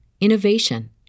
innovation